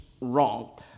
wrong